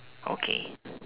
okay